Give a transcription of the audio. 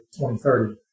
2030